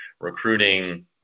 recruiting